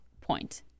point